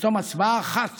ופתאום הצבעה אחת